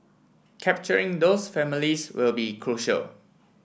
capturing those families will be crucial